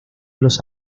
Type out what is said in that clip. los